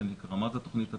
מה זה תוכנית התקיפה?